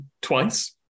twice